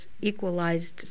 equalized